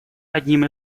одним